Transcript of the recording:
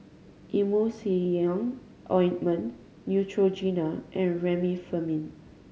Emulsying Ointment Neutrogena and Remifemin